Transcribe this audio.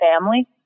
family